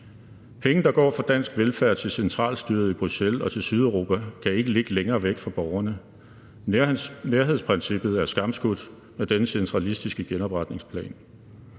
Penge, der går fra dansk velfærd til centralstyret i Bruxelles og til Sydeuropa, kan ikke ligge længere væk fra borgerne. Nærhedsprincippet er skamskudt med denne centralistiske genopretningsplan.